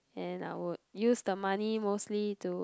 and I would use the money mostly to